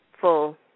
full –